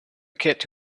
kid